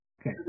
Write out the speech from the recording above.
Okay